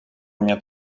mnie